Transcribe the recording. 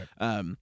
Right